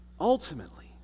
ultimately